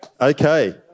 okay